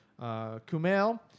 Kumail